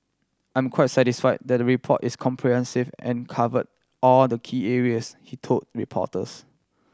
I'm quite satisfy that the report is comprehensive and cover all the key areas he told reporters